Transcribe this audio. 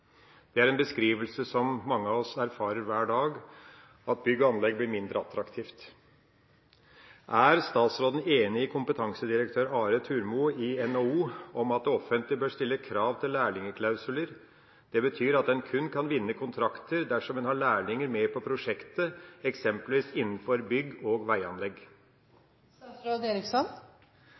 Det er en beskrivelse som mange av oss erfarer hver dag, at bygg og anlegg blir mindre attraktivt. Er statsråden enig med kompetansedirektør Are Turmo i NHO om at det offentlige bør stille krav til lærlingklausuler? Det betyr at en kun kan vinne kontrakter dersom en har lærlinger med på prosjektet, eksempelvis innenfor bygg og